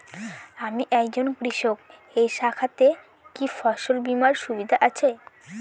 আমি একজন কৃষক এই শাখাতে কি ফসল বীমার সুবিধা আছে?